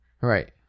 Right